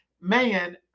man